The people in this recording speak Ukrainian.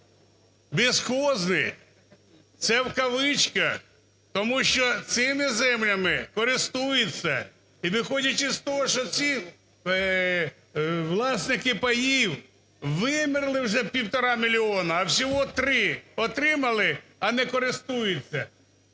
"Безхози" – це в кавичках, тому що цими землями користуються, і, виходячи з того, що ці власники паїв вимерли вже півтора мільйони, а всього три отримали, а не користуються.